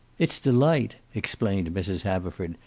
it's delight, explained mrs. haverford.